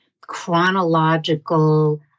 chronological